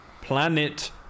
Planet